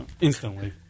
Instantly